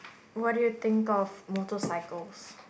what do you think of motorcycles